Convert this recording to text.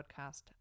podcast